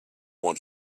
want